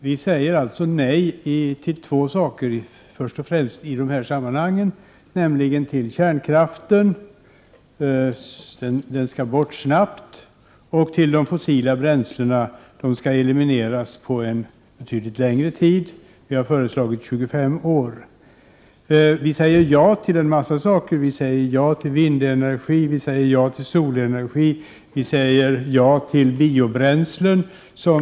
Vi säger nej först och främst till två saker i dessa sammanhang, nämligen till kärnkraften — den skall bort snabbt — och till de fossila bränslena, som skall elimineras på en betydligt längre tid. Vi har föreslagit 25 år. Vi säger ja till en mängd saker. Vi säger ja till vindenergi och solenergi. Vi säger ja till biobränslen.